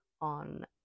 on